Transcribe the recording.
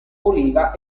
oliva